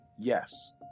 Yes